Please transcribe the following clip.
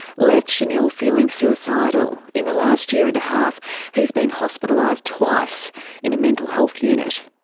left shanil feeling suicidal. in the last year and a half he's been hospitalised twice in a mental health unit.